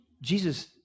Jesus